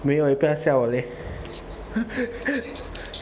没有诶不要吓我嘞